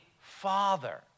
Father